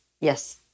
Yes